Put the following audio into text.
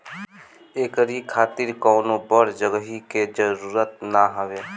एकरी खातिर कवनो बड़ जगही के जरुरत ना हवे